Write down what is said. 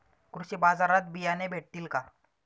कृषी बाजारात बियाणे भेटतील का?